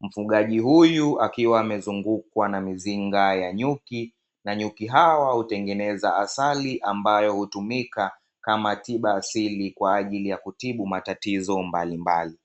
Mfugaji huyu akiwa amezungukwa na mizinga ya nyuki, na nyuki hawa hutengeneza asali, ambayo hutumika kama tiba asili kwa ajili ya kutibu matatizo mbalimbali.